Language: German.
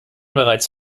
bereits